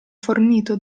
fornito